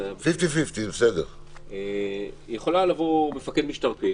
יכול לבוא מפקד משטרתי,